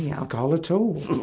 yeah alcohol at all